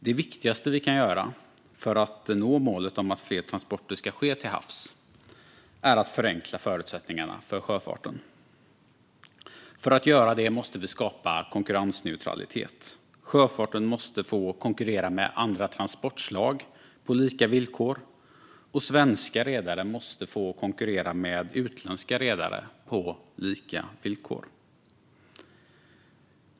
Det viktigaste vi kan göra för att nå målet om att fler transporter ska ske till havs är att förenkla förutsättningarna för sjöfarten. För att göra det måste vi skapa konkurrensneutralitet. Sjöfarten måste få konkurrera med andra transportslag på lika villkor, och svenska redare måste få konkurrera med utländska redare på lika villkor.